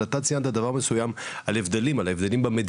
אבל אתה ציינת דבר מסוים על ההבדלים במדיניות